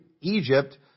Egypt